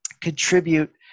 contribute